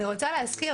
אני רוצה להזכיר,